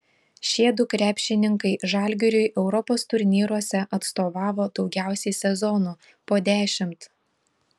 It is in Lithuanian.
šiedu krepšininkai žalgiriui europos turnyruose atstovavo daugiausiai sezonų po dešimt